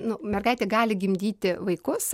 nu mergaitė gali gimdyti vaikus